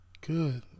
Good